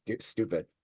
stupid